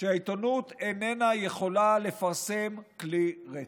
שהעיתונות איננה יכולה לפרסם כלי רצח.